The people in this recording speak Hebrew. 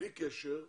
בלי קשר,